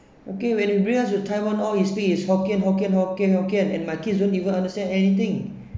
okay when he bring bring us to taiwan all he speak is hokkien hokkien hokkien hokkien and my kid don't even understand anything